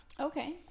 Okay